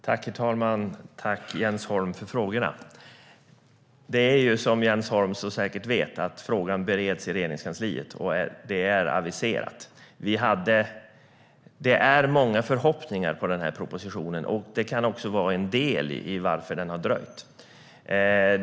Herr talman! Jag tackar Jens Holm för frågorna. Som Jens Holm säkert vet bereds frågan i Regeringskansliet, och det är aviserat. Det är många förhoppningar på denna proposition, och det kan vara en del i varför den har dröjt.